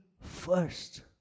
first